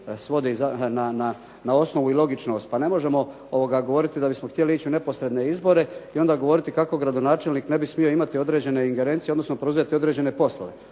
svodi na osnovu i logičnost. Pa ne možemo govoriti da bismo htjeli ići u neposredne izbore i onda govoriti kako gradonačelnik ne bi smio imati određene ingerencije, odnosno preuzeti određene poslove.